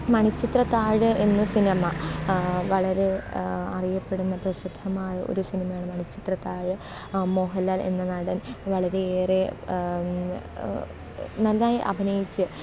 മണിച്ചിത്രത്താഴ് എന്ന സിനിമ വളരെ അറിയപ്പെടുന്ന പ്രസിദ്ധമായ ഒരു സിനിമയാണ് മണിച്ചിത്രത്താഴ് മോഹൻലാൽ എന്ന നടൻ വളരെയേറെ നന്നായി അഭിനയിച്ച്